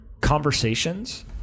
Conversations